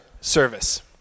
service